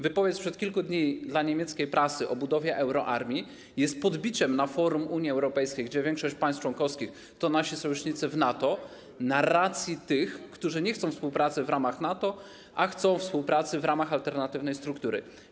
Wypowiedź sprzed kilku dla dla niemieckiej prasy o budowaniu euroarmii jest podbiciem na forum Unii Europejskiej, gdzie większość państw członkowskich to nasi sojusznicy w NATO, narracji tych, którzy nie chcą współpracy w ramach NATO, a chcą współpracy w ramach alternatywnej struktury.